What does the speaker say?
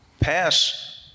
pass